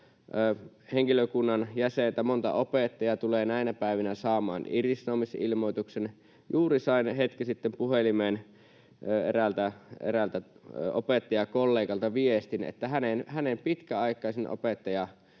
henkilökunnan jäsentä, monta opettajaa tulee näinä päivinä saamaan irtisanomisilmoituksen. Juuri sain hetki sitten puhelimeen eräältä opettajakollegalta viestin, että hänen pitkäaikaisin opettajakollegansa